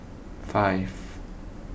five